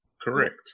Correct